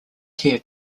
tier